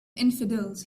infidels